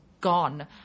gone